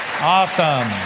Awesome